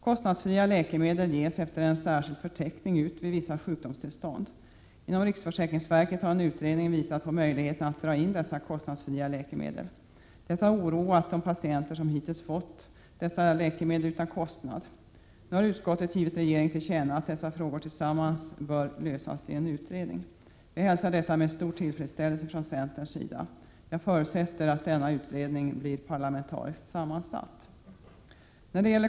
Kostnadsfria läkemedel ges efter en särskild förteckning ut vid vissa sjukdomstillstånd. Inom riksförsäkringsverket har en utredning visat på möjligheterna att dra in dessa kostnadsfria läkemedel. Detta har oroat de patienter som hittills fått dessa läkemedel utan kostnad. Nu har utskottet givit regeringen till känna att dessa frågor tillsammans bör lösas i en utredning. Vi hälsar detta med en stor tillfredsställelse från centerns sida. Jag förutsätter att denna utredning blir parlamentariskt sammansatt.